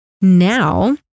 Now